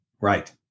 Right